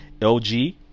LG